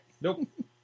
Nope